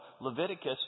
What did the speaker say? Leviticus